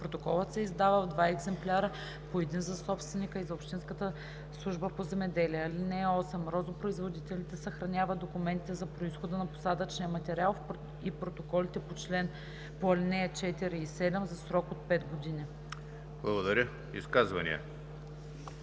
Протоколът се издава в два екземпляра – по един за собственика и за общинската служба по земеделие. (8) Розопроизводителите съхраняват документите за произхода на посадъчния материал и протоколите по ал. 4 и 7 за срок 5 години.“ ПРЕДСЕДАТЕЛ